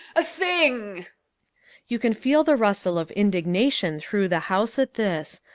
a thing you can feel the rustle of indignation through the house at this.